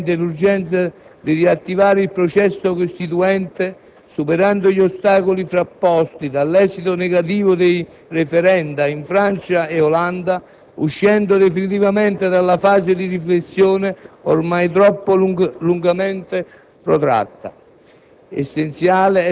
E' sempre più evidente l'urgenza di riattivare il processo costituente superando gli ostacoli frapposti dall'esito negativo dei *referendum* in Francia e Olanda, uscendo definitivamente dalla fase di riflessione ormai troppo lungamente protratta.